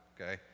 okay